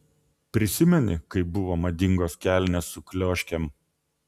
prisimeni kai buvo madingos kelnės su klioškėm